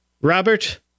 Robert